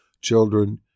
children